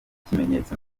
ikimenyetso